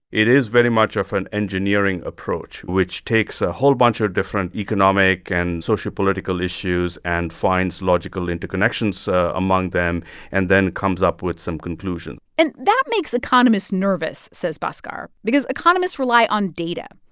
it is very much of an engineering approach, which takes a whole bunch of different economic and social political issues and finds logical interconnections among them and then comes up with some conclusion and that makes economists nervous, says bhaskar, because economists rely on data.